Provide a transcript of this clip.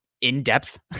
in-depth